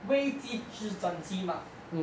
危急值张继 mah